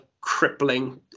crippling